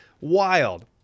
Wild